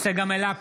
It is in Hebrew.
צגה מלקו,